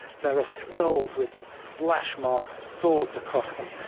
there are skulls with slash marks of swords across them,